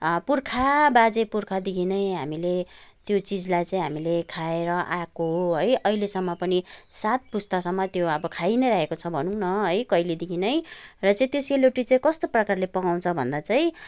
पुर्खा बाजे पुर्खादेखि नै हामीले त्यो चिजलाई चाहिँ हामीले खाएर आएको हो है अहिलेसम्म पनि सात पुस्तासम्म त्यो अब खाइ नै रहेको छ भनौँ न है कहिलेदेखि नै र त्यो सेल रोटी चाहिँ कस्तो प्रकारले पकाउँछ भन्दा चाहिँ